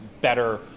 better